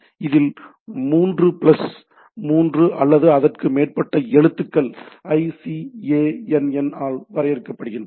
இதில் மூன்று பிளஸ் மூன்று அல்லது அதற்கு மேற்பட்ட எழுத்துக்கள் ICANN ஆல் வரையறுக்கப்படுகின்றன